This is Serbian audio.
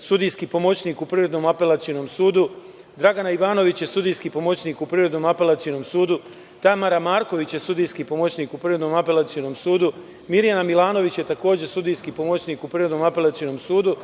sudijski pomoćnik u Privrednom apelacionom sudu. Dragana Ivanović je sudijski pomoćnik u Privrednom apelacionom sudu. Tamara Marković je sudijski pomoćnik u Privrednom apelacionom sudu. Mirjana Milanović je, takođe, sudijski pomoćnik u Privrednom apelacionom sudu,